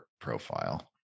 profile